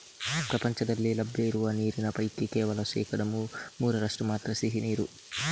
ಪ್ರಪಂಚದಲ್ಲಿ ಲಭ್ಯ ಇರುವ ನೀರಿನ ಪೈಕಿ ಕೇವಲ ಶೇಕಡಾ ಮೂರರಷ್ಟು ಮಾತ್ರ ಸಿಹಿ ನೀರು